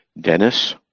Dennis